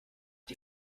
die